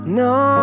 no